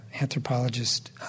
anthropologist